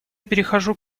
перехожу